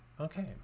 Okay